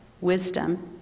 wisdom